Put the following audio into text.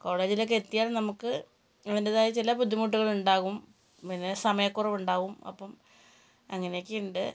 കോളേജിലൊക്കെ എത്തിയാൽ നമുക്ക് അതിൻ്റെതായ ചില ബുദ്ധിമുട്ടുകളുണ്ടാകും പിന്നെ സമയക്കുറവുണ്ടാകും അപ്പം അങ്ങനെ ഒക്കെ ഉണ്ട്